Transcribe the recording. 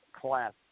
class